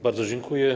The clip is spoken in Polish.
Bardzo dziękuję.